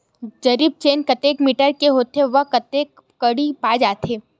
जरीब चेन कतेक मीटर के होथे व कतेक कडी पाए जाथे?